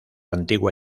antigua